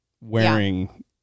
wearing